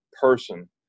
person